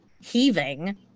heaving